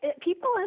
people